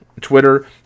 Twitter